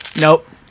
Nope